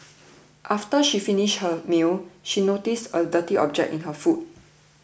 after she finished her meal she noticed a dirty object in her food